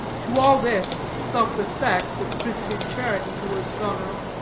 to all this, self-respect, with christian charity towards goneril,